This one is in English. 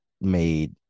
made